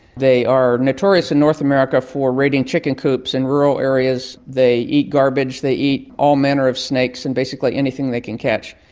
they are notorious in north america for raiding chicken coops in rural areas, they eat garbage, they eat all manner of snakes and basically anything they can catch.